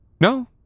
No